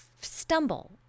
stumble